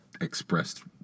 expressed